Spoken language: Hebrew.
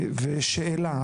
ושאלה.